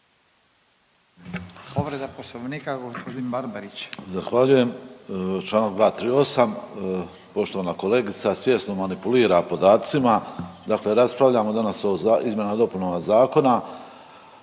Povreda Poslovnika gospodin Barbarić. **Barbarić, Nevenko (HDZ)** Zahvaljujem. Čl. 238. poštovana kolegica svjesno manipulira podacima. Dakle raspravljamo danas o izmjenama i dopunama zakona.